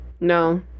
No